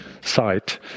site